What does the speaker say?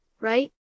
right